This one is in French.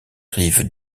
rives